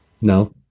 No